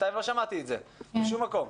בינתיים לא שמעתי את זה בשום מקום.